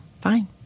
fine